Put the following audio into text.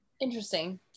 Interesting